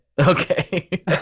okay